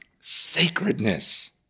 sacredness